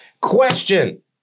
Question